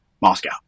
Moscow